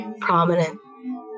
prominent